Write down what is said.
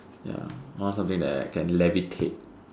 ya I want something that I can levitate